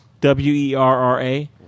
W-E-R-R-A